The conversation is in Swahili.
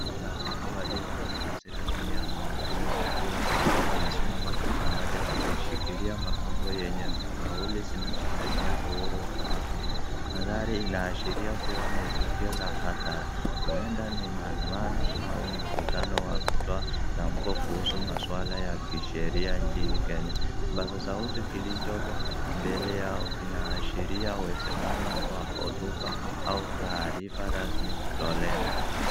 Kundi la watu waliovaa mavazi rasmi ya mawakili wakiwa wamesimama kwa pamoja wakishikilia mabango yenye kauli zinazotetea uhuru wa mahakama. Mandhari inaashiria kuwa ni tukio la hadhara huenda ni maandamano au mkutano wa kutoa tamko kuhusu maswala ya kisheria nchini Kenya. Kipasa sauti kilichopo mbele yao kinaashiria uwezekano wa hotuba au taarifa rasmi kutolewa.